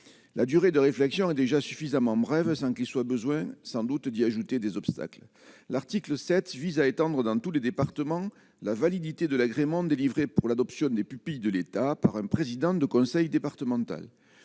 la durée de réflexion est déjà suffisamment brève, sans qu'il soit besoin sans doute d'y ajouter des obstacles, l'article 7 vise à étendre dans tous les départements, la validité de l'agrément délivré pour l'adoption des pupilles de l'État par un président de conseil départemental,